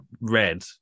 red